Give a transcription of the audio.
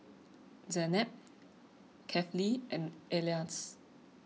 Zaynab Kefli and Elyas